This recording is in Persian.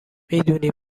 میدونی